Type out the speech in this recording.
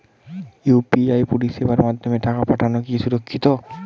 UPI পরিষেবার মাধ্যমে টাকা পাঠানো কি সুরক্ষিত?